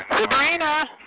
Sabrina